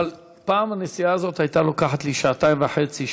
אבל פעם הנסיעה הזאת הייתה לוקחת לי שעתיים וחצי,